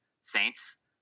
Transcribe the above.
saints